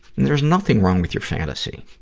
and there's nothing wrong with your fantasy.